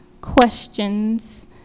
questions